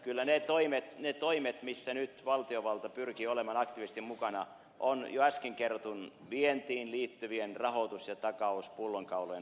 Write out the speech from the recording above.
kyllä ne toimet missä nyt valtiovalta pyrkii olemaan aktiivisesti mukana ovat jo äsken kerrottujen vientiin liittyvien rahoitus ja takauspullonkaulojen aukaisemiset